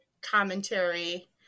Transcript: commentary